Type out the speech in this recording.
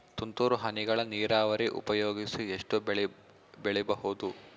ತುಂತುರು ಹನಿಗಳ ನೀರಾವರಿ ಉಪಯೋಗಿಸಿ ಎಷ್ಟು ಬೆಳಿ ಬೆಳಿಬಹುದು?